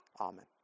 Amen